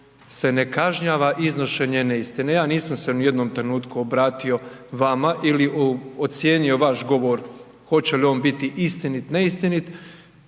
se ne kažnjava iznošenje neistine. Ja nisam se ni u jednom trenutku obratio vama ili ocijenio vaš govor hoće li on biti istinit, neistinit,